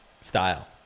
style